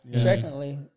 Secondly